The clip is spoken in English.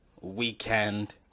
weekend